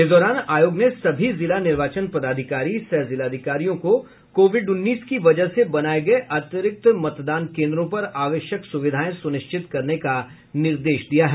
इस दौरान आयोग ने सभी जिला निर्वाचन पदाधिकारी सह जिलाधिकारियों को कोविड उन्नीस की वजह से बनाये गये अतिरिक्त मतदान केन्द्रों पर आवश्यक सुविधाएं सुनिश्चित करने का निर्देश दिया है